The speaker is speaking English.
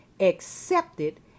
accepted